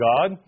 God